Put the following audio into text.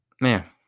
man